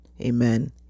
amen